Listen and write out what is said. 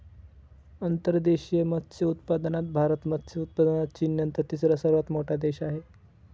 अंतर्देशीय मत्स्योत्पादनात भारत मत्स्य उत्पादनात चीननंतर तिसरा सर्वात मोठा देश आहे